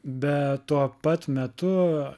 bet tuo pat metu